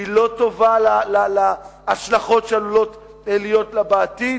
היא לא טובה בהשלכות שעלולות להיות לה בעתיד.